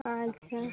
ᱟᱪᱪᱷᱟ